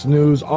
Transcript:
News